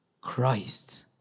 Christ